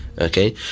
okay